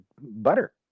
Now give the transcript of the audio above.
butter